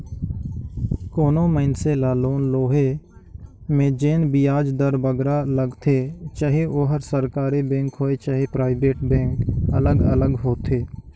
कोनो मइनसे ल लोन लोहे में जेन बियाज दर बगरा लगथे चहे ओहर सरकारी बेंक होए चहे पराइबेट बेंक अलग अलग होथे